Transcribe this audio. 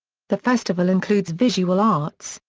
the festival includes visual arts,